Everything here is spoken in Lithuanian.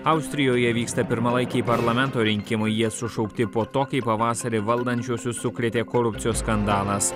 austrijoje vyksta pirmalaikiai parlamento rinkimai jie sušaukti po to kai pavasarį valdančiuosius sukrėtė korupcijos skandalas